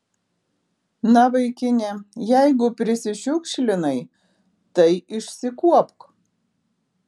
na vaikine jeigu prisišiukšlinai tai išsikuopk